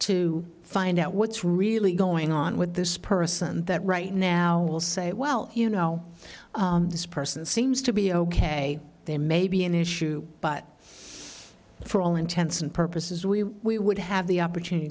to find out what's really going on with this person that right now will say well you know this person seems to be ok there may be an issue but for all intents and purposes we we would have the opportunity